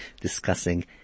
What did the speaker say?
discussing